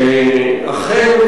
אכן,